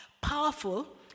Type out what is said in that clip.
powerful